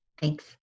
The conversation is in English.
Thanks